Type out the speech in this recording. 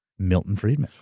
milton friedman.